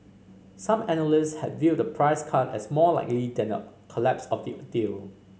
some analyst had viewed a price cut as more likely than a collapse of the deal